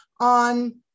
on